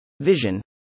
vision